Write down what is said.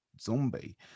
zombie